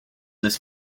this